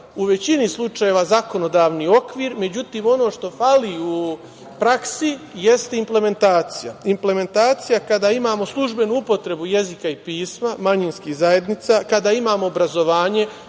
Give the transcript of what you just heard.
u većini slučajeva imamo dobar zakonodavni okvir, međutim, ono što fali u praksi jeste implementacija. Implementacija kada imamo službenu upotrebu jezika i pisma manjinskih zajednica, kada imamo obrazovanje. Ja